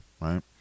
right